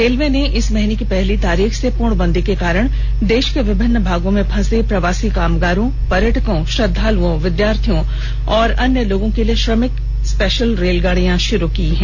railway ने इस महीने की पहली तारीख से पूर्णबंदी के कारण देश के विभिन्न भागों में फंसे प्रवासी कामगारों पर्यटकों श्रद्दालुओं विद्यार्थियों और अन्य लोगों के लिए श्रमिक विशेष रेलगाड़ियां शुरू की हैं